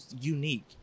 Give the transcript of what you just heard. unique